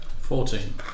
Fourteen